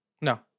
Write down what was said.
No